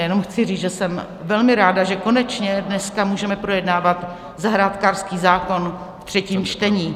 Jenom chci říct, že jsem velmi ráda, že konečně dneska můžeme projednávat zahrádkářský zákon ve třetím čtení.